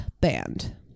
band